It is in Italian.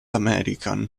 american